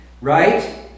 Right